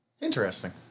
Interesting